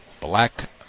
black